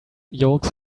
yolks